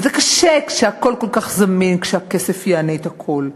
וזה קשה כשהכול כל כך זמין, כשהכסף יענה את הכול,